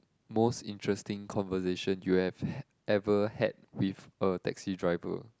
most interesting conversation you have ha~ ever had with a taxi driver